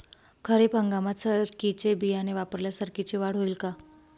खरीप हंगामात सरकीचे बियाणे वापरल्यास सरकीची वाढ होईल का?